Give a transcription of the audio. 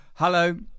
Hello